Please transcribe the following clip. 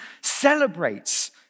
celebrates